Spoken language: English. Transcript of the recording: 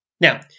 Now